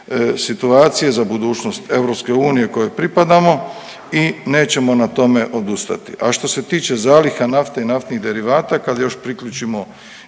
situacije za budućnost EU kojoj pripadamo i nećemo na tome odustati. A što se tiče zaliha nafte i naftnih derivata kad još priključimo